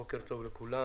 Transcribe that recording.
בוקר טוב לכולם.